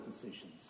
decisions